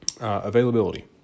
Availability